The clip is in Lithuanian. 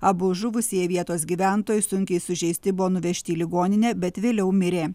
abu žuvusieji vietos gyventojai sunkiai sužeisti buvo nuvežti į ligoninę bet vėliau mirė